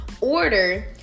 order